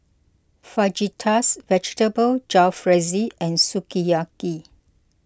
Fajitas Vegetable Jalfrezi and Sukiyaki